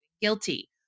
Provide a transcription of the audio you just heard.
guilty